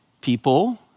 people